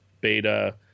beta